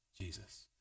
Jesus